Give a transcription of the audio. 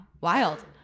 wild